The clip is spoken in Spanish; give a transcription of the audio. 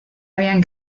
habían